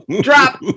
drop